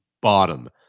bottom